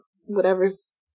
whatever's